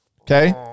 okay